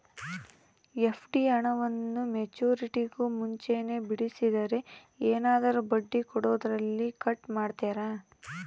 FD ಹಣವನ್ನು ಮೆಚ್ಯೂರಿಟಿಗೂ ಮುಂಚೆನೇ ಬಿಡಿಸಿದರೆ ಏನಾದರೂ ಬಡ್ಡಿ ಕೊಡೋದರಲ್ಲಿ ಕಟ್ ಮಾಡ್ತೇರಾ?